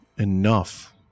enough